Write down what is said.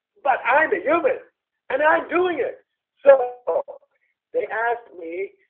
but i'm ah human and i'm doing it so they asked me.